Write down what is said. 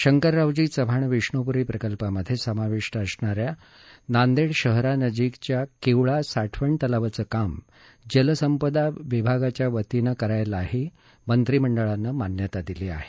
शंकररावजी चव्हाण विष्णुपुरी प्रकल्पामध्ये समाविष्ट असणाऱ्या नांदेड शहरानजीकच्या किवळा साठवण तलावाचं काम जलसंपदा विभागामार्फत करायलाही मंत्रिमंडळानं मान्यता दिली आहे